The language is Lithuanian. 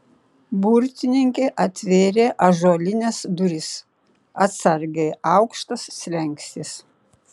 burtininkė atvėrė ąžuolines duris atsargiai aukštas slenkstis